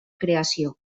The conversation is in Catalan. creació